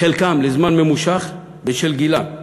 חלקם לזמן ממושך, בשל גילם,